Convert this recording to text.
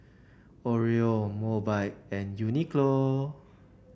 Oreo Mobike and Uniqlo